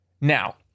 Now